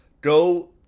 Go